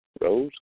Rose